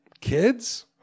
Kids